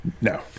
No